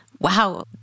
wow